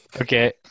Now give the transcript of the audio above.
Okay